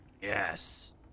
Yes